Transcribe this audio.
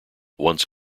once